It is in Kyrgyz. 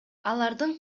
алардын